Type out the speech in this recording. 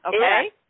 Okay